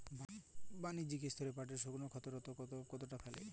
বাণিজ্যিক স্তরে পাটের শুকনো ক্ষতরোগ কতটা কুপ্রভাব ফেলে?